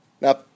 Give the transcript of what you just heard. Now